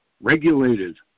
regulated